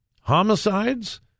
Homicides